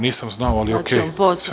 Nisam znao, ali okej.